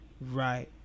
Right